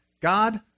God